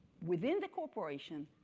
within the corporation,